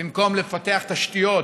במקום לפתח תשתיות,